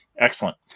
excellent